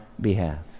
behalf